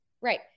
Right